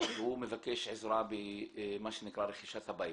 והוא מבקש עזרה במה שנקרא רכישת בית.